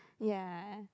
ya